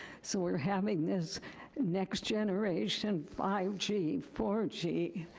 so we're having this next generation, five g, four g,